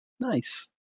Nice